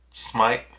Smite